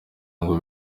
ngo